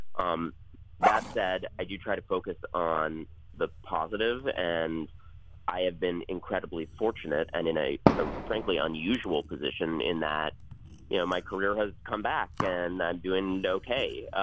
um that said i do try to focus on the positive. and i have been incredibly fortunate and in a ah frankly unusual position in that you know my career has come back and i'm doing ok.